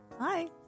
hi